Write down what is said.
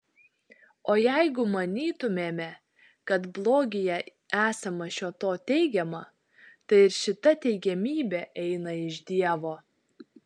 o jeigu manytumėme kad blogyje esama šio to teigiama tai ir šita teigiamybė eina iš dievo